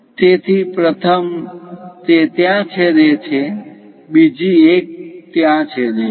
તેથી પ્રથમ તે ત્યાં છેદે છે બીજી એક ત્યાં છેદે છે